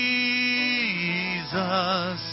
Jesus